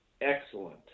excellent